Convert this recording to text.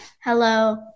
Hello